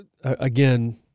again